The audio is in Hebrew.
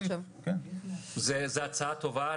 זו הצעה טובה.